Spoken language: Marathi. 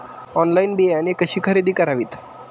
ऑनलाइन बियाणे कशी खरेदी करावीत?